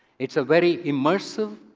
it's a very immersive,